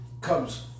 comes